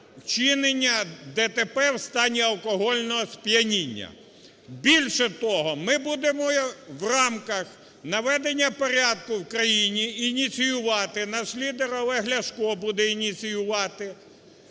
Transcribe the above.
вчинення ДТП в стані алкогольного сп'яніння. Більше того, ми будемо в рамках наведення порядку в країні ініціювати, наш лідер Олег Ляшко буде ініціювати